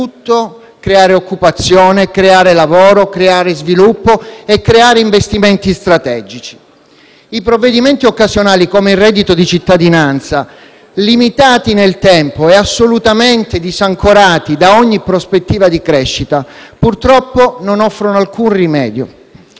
creare occupazione, lavoro, sviluppo e investimenti strategici. I provvedimenti occasionali come il reddito di cittadinanza limitati nel tempo e assolutamente disancorati da ogni prospettiva di crescita purtroppo non offrono alcun rimedio.